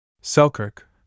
Selkirk